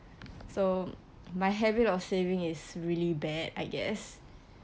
so my habit of savings is really bad I guess